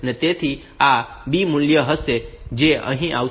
તેથી આ B મૂલ્ય હશે જે અહીં આવશે